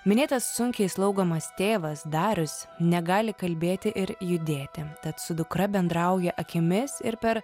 minėtas sunkiai slaugomas tėvas darius negali kalbėti ir judėti tad su dukra bendrauja akimis ir per